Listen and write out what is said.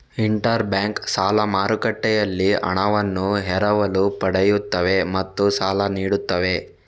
inter bank ಸಾಲ ಮಾರುಕಟ್ಟೆಯಲ್ಲಿ ಹಣವನ್ನು ಎರವಲು ಪಡೆಯುತ್ತವೆ ಮತ್ತು ಸಾಲ ನೀಡುತ್ತವೆ